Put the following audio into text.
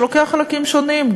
שלוקח חלקים שונים,